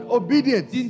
obedience